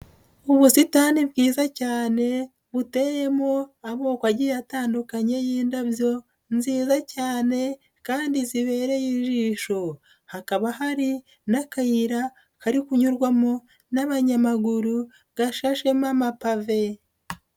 Ubusitani bwiza cyane buteyemo amoko agiye atandukanye y'indabyo nziza cyane kandi zibereye ijisho, hakaba hari n'akayira kari kunyurwamo n'abanyamaguru gashashemo amapave.